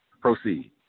Proceed